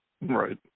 Right